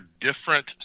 different